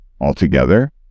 altogether